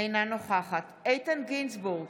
אינה נוכחת איתן גינזבורג,